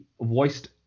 voiced